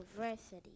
University